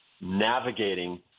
navigating